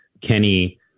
Kenny